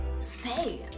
say